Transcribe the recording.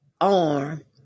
arm